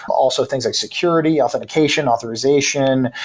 also things like security, authentication, authorization,